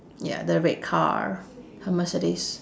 ya the red car the mercedes